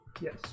Yes